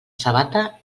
sabata